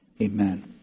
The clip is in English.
Amen